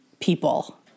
people